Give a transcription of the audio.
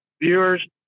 viewers